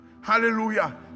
Hallelujah